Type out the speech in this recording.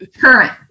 Current